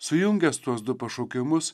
sujungęs tuos du pašaukimus